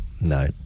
No